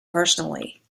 personally